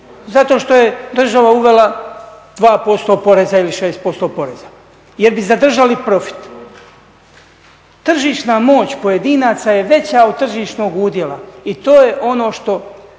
Zato što je država uvela 2% poreza ili 6% poreza. Jer bi zadržali profit. Tržišna moć pojedinaca je veća od tržišnog udjela. I to je ono što